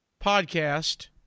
podcast